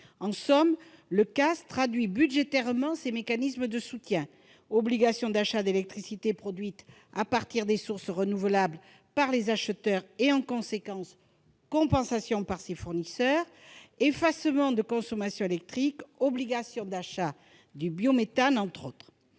En somme, le CAS traduit budgétairement les mécanismes de soutien : obligation d'achat d'électricité produite à partir de sources renouvelables par les acheteurs et compensation pour les fournisseurs ; effacement de consommation électrique ; obligation d'achat du biométhane ... Dans